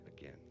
again